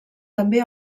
també